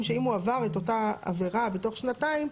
שאם הוא עבר את אותה עבירה בתוך שנתיים,